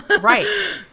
Right